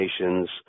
Nations